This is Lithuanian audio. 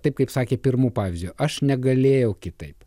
taip kaip sakė pirmu pavyzdžiu aš negalėjau kitaip